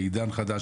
לעידן חדש,